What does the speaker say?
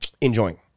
enjoying